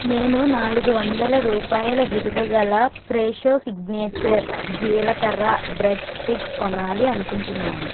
నేను నాలుగు వందల రూపాయల విలువగల ఫ్రెషో సిగ్నేచర్ జీలకర్ర బ్రెడ్స్టిక్ కొనాలి అనుకుంటున్నాను